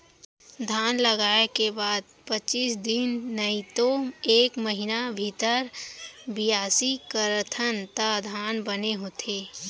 धान लगाय के बाद पचीस दिन नइतो एक महिना भीतर बियासी करथन त धान बने होथे